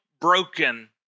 broken